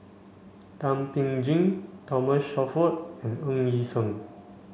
Thum Ping Tjin Thomas Shelford and Ng Yi Sheng